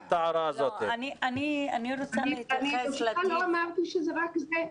ברשותך, אני לא אמרתי שזה רק זה.